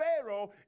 Pharaoh